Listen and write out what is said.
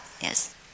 Yes